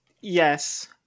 Yes